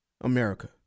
America